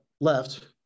left